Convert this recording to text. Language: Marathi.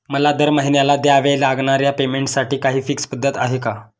मला दरमहिन्याला द्यावे लागणाऱ्या पेमेंटसाठी काही फिक्स पद्धत आहे का?